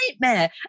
nightmare